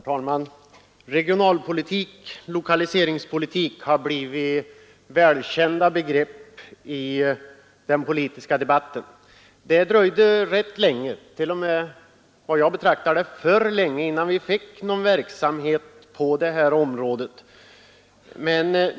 Herr talman! Regionalpolitik och lokaliseringspolitik har blivit välkända begrepp i den politiska debatten. Det dröjde länge, som jag ser det t.o.m. alltför länge, innan vi fick i gång någon verksamhet på detta område.